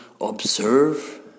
observe